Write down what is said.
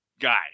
guy